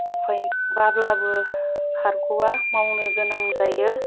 उफाय गैया बायोब्लाबो खारग'वा मावनोगोनां जायो